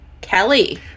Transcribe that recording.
Kelly